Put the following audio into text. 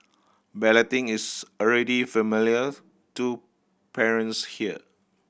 balloting is already familiars to parents here